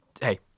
hey